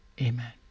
Amen